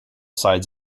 sides